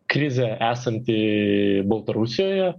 krizė esanti baltarusijoje